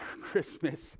Christmas